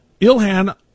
Ilhan